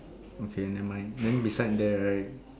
okay never mind then beside there right